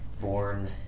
born